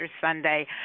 Sunday